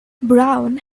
brown